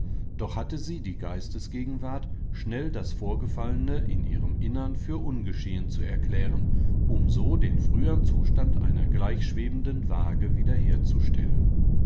doch hatte sie die geistesgegenwart schnell das vorgefallene in ihrem innern für ungeschehen zu erklären um so den früheren zustand einer gleichschwebenden wage